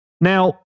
Now